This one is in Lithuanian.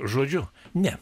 žodžiu ne